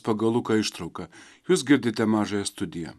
pagal luką ištrauka jūs girdite mažąją studiją